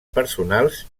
personals